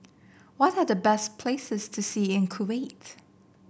what are the best places to see in Kuwait